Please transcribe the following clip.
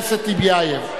טיבייב,